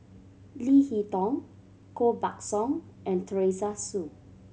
Leo Hee Tong Koh Buck Song and Teresa Hsu